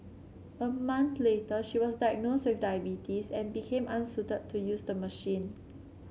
a month later she was diagnosed with diabetes and became unsuited to use the machine